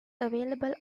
available